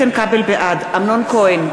בעד אמנון כהן,